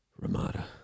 Ramada